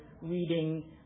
reading